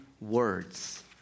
words